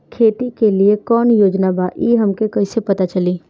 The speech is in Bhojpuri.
खेती के लिए कौने योजना बा ई हमके कईसे पता चली?